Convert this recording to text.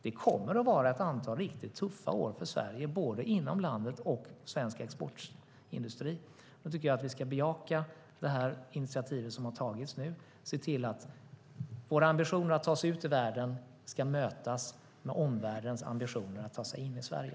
Det kommer att vara ett antal riktigt tuffa år för Sverige både inom landet och för svensk exportindustri. Jag tycker att vi ska bejaka det initiativ som nu har tagits och se till att våra ambitioner att ta sig ut ur världen ska mötas med omvärldens ambitioner att ta sig in i Sverige.